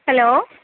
hello